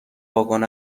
واگن